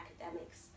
academics